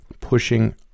pushing